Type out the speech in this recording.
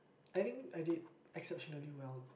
I think I did exceptionally well